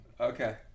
Okay